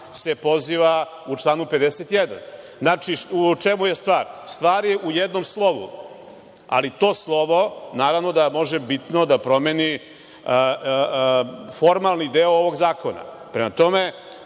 se poziva u članu 51.Znači, u čemu je stvar? Stvar je u jednom slovu, ali to slovo naravno da može bitno da promeni formalni deo ovog zakona. Prema tome,